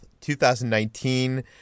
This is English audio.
2019